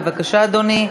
בבקשה, אדוני,